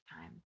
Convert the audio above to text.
time